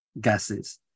gases